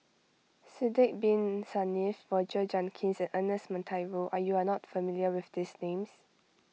Sidek Bin Saniff Roger Jenkins and Ernest Monteiro are you are not familiar with these names